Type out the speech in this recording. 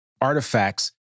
artifacts